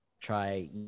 try